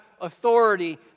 authority